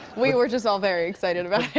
we were just all very excited about it.